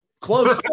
Close